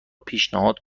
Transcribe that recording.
پیشنهاد